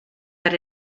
that